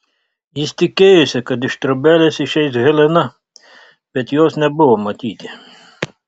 jis tikėjosi kad iš trobelės išeis helena bet jos nebuvo matyti